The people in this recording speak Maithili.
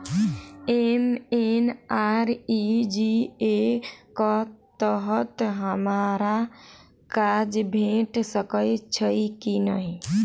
एम.एन.आर.ई.जी.ए कऽ तहत हमरा काज भेट सकय छई की नहि?